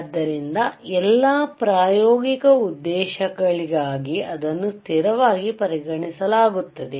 ಆದ್ದರಿಂದ ಎಲ್ಲಾ ಪ್ರಾಯೋಗಿಕ ಉದ್ದೇಶಗಳಿಗಾಗಿ ಅದನ್ನು ಸ್ಥಿರವಾಗಿ ಪರಿಗಣಿಸಲಾಗುತ್ತದೆ